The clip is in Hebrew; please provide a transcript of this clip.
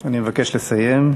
אני מבקש לסיים.